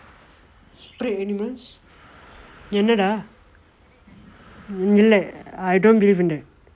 spirit animals என்ன:enna dah இல்லை:illai I don't believe in that